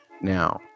now